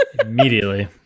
Immediately